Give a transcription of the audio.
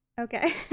Okay